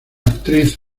actriz